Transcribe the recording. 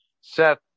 seth